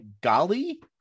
golly